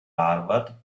harvard